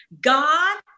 God